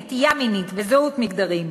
נטייה מינית וזהות מגדרית,